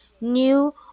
new